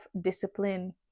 discipline